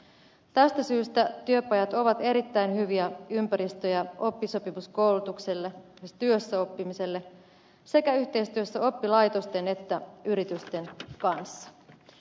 tästä syystä työpajat ovat erittäin hyviä ympäristö ja oppisopimuskoulutukselle esimerkiksi työssäoppimiselle yhteistyössä sekä oppilaitosten että yritysten kanssa